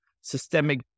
systemic